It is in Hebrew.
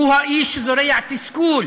הוא האיש שזורע תסכול,